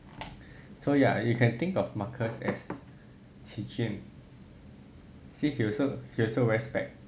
so ya you can think of marcus as qi jun since he also wear specs